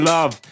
Love